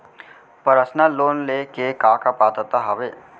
Personal loan ले के का का पात्रता का हवय?